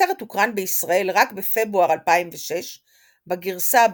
הסרט הוקרן בישראל רק בפברואר 2006 בגרסה הבריטית,